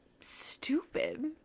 stupid